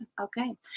Okay